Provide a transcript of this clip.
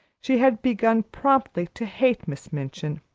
she had begun promptly to hate miss minchin,